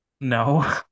no